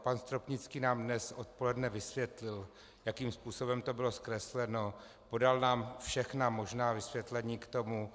Pan Stropnický nám dnes odpoledne vysvětlil, jakým způsobem to bylo zkresleno, podal nám všechna možná vysvětlení k tomu.